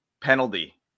penalty